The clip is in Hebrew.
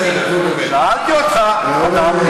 בסדר, נו, באמת.